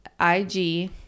IG